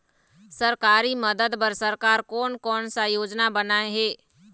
सरकारी मदद बर सरकार कोन कौन सा योजना बनाए हे?